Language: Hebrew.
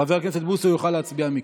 חבר הכנסת בוסו יוכל להצביע מכאן.